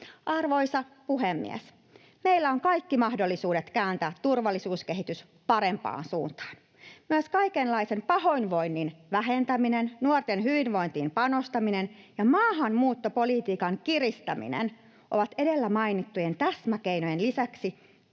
Arvoisa puhemies! Meillä on kaikki mahdollisuudet kääntää turvallisuuskehitys parempaan suuntaan. Myös kaikenlaisen pahoinvoinnin vähentäminen, nuorten hyvinvointiin panostaminen ja maahanmuuttopolitiikan kiristäminen ovat edellä mainittujen täsmäkeinojen lisäksi